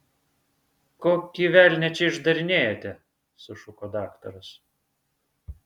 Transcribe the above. kokį velnią čia išdarinėjate sušuko daktaras